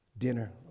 dinner